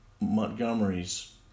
Montgomery's